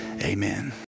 Amen